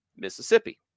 Mississippi